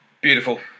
Beautiful